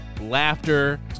laughter